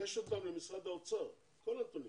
למשרד האוצר, את כל הנתונים.